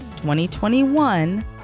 2021